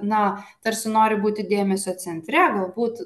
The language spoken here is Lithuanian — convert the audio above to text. na tarsi nori būti dėmesio centre galbūt